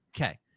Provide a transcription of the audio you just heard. Okay